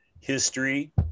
history